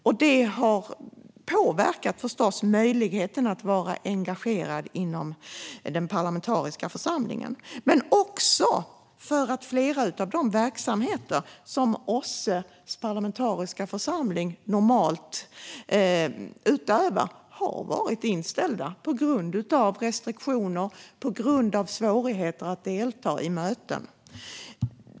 Detta har förstås påverkat möjligheten att vara engagerade i den parlamentariska församlingen, men de verksamheter som OSSE:s parlamentariska församling normalt utövar har också varit inställda på grund av restriktioner och svårigheter att delta i möten.